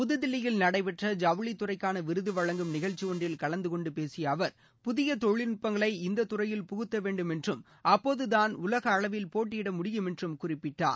புதுதில்லியில் நடைபெற்ற ஜவுளித்துறைக்கான விருது வழங்கும் நிகழ்ச்சி ஒன்றில் கலந்துகொண்டு பேசிய அவர் புதியதொழில்நுட்பங்களை இந்த துறையில் புகுத்த வேண்டும் என்றும் அப்போதுதான் உலக அளவில் போட்டியிட முடியும் என்றும் குறிப்பிட்டார்